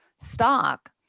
stock